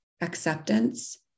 acceptance